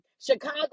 Chicago